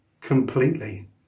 completely